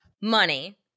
money